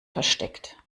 versteckt